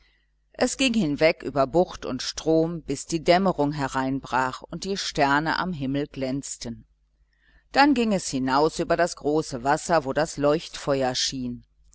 es ging hinweg über bucht und strom bis die dämmerung hereinbrach und die sterne am himmel glänzten dann ging es hinaus über das große wasser wo das leuchtfeuer schien